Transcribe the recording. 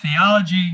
theology